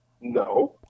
No